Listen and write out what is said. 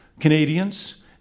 Canadians